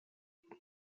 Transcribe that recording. mae